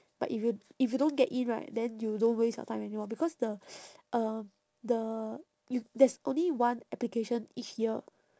but if you if you don't get in right then you don't waste your time anymore because the um the u~ there's only one application each year